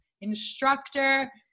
instructor